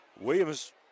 Williams